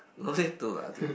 don't need to lah I think